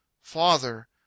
Father